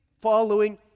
following